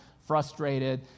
frustrated